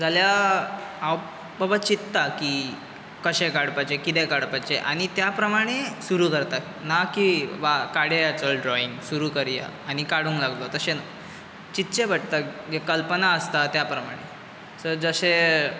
जाल्यार हांव बाबा चित्तां की कशें काडपाचें कितें काडपाचें आनी त्या प्रमाणे सुरू जाता ना की बा काडूया चल ड्रॉइंग सुरू करुया आनी काडूंक लागलो तशें ना चितचें पडटा कल्पना आसता त्या प्रमाणें सो जशें